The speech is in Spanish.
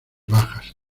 bajas